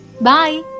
Bye